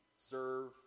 serve